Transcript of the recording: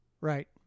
Right